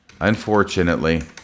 unfortunately